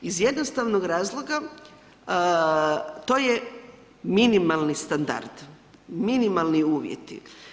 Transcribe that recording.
Iz jednostavnog razloga, to je minimalni standard, minimalni uvjeti.